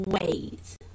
ways